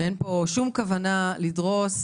שאין פה שום כוונה לדרוס,